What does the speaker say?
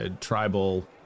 tribal